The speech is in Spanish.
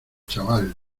chaval